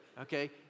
Okay